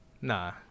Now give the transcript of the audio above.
Nah